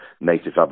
native